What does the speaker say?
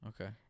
Okay